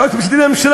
פרופסור דני דולב,